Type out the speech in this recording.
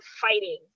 fighting